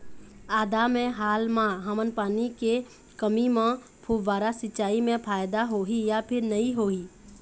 आदा मे हाल मा हमन पानी के कमी म फुब्बारा सिचाई मे फायदा होही या फिर नई होही?